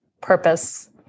purpose